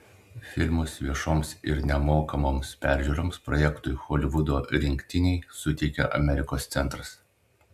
filmus viešoms ir nemokamoms peržiūroms projektui holivudo rinktiniai suteikė amerikos centras